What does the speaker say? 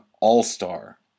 all-star